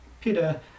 Peter